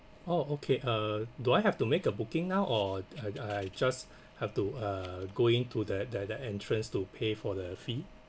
oh okay uh do I have to make a booking now or I I just have to uh go in to the the the entrance to pay for the fee